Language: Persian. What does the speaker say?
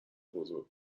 بزرگ